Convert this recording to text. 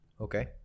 Okay